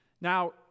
Now